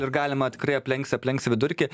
ir galima tikrai aplenksi aplenksi vidurkį